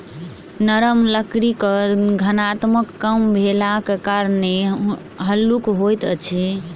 नरम लकड़ीक घनत्व कम भेलाक कारणेँ हल्लुक होइत अछि